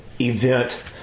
event